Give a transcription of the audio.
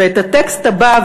ואת הטקסט הבא,